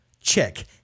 check